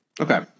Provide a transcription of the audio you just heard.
Okay